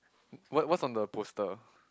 what what's on the poster